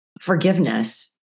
forgiveness